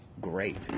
great